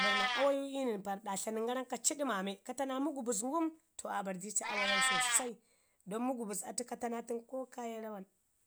Bari naa i nən pari ɗa tlanin gara ka ci ɗəmmaci kata na mugbuz ngum to aa bari di ci amayu sosai, don mugbus atu ka tamu atun ko kaye rawan